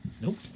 Nope